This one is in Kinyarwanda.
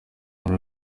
muri